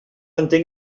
entenc